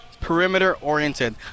perimeter-oriented